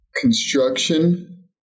Construction